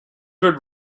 would